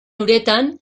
uretan